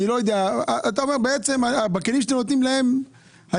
אתה אומר שבכלים שנותנים להם,